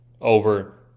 over